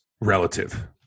relative